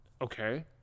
okay